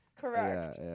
Correct